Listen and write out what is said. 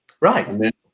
Right